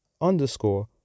underscore